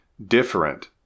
different